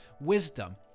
wisdom